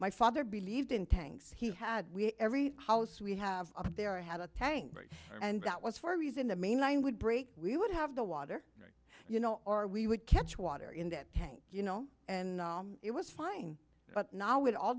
my father believed in tanks he had we every house we have up there i had a tank and that was for a reason the main one would break we would have the water you know or we would catch water in that tank you know and it was fine but now with all